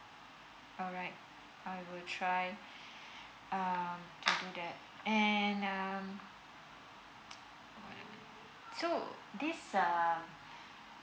alright I would try uh to do that and um so this uh